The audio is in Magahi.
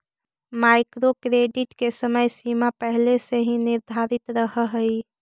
माइक्रो क्रेडिट के समय सीमा पहिले से निर्धारित रहऽ हई